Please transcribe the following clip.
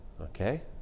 Okay